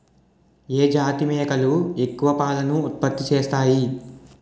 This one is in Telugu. ఏ జాతి మేకలు ఎక్కువ పాలను ఉత్పత్తి చేస్తాయి?